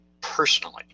personally